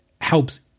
helps